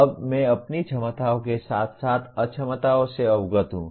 अब मैं अपनी क्षमताओं के साथ साथ अक्षमताओं से अवगत हूं